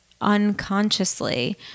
unconsciously